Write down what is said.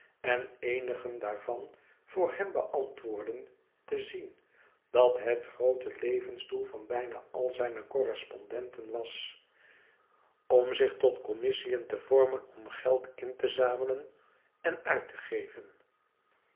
en eenigen daarvan voor hem beantwoordden te zien dat het groote levensdoel van bijna al zijne correspondenten was zich tot commissiën te vormen om geld in te zamelen en uit te geven